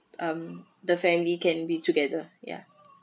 um the family can be together ya